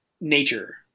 nature